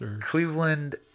Cleveland